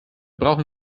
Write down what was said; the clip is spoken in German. brauchen